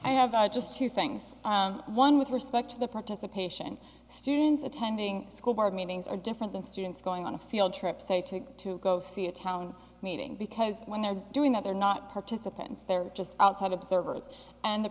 i have just two things one with respect to the participation of students attending school board meetings are different than students going on a field trip to go see a town meeting because when they're doing that they're not participants they're just outside observers and the